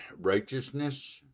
righteousness